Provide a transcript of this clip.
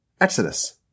Exodus